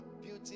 Beauty